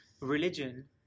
religion